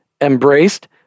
embraced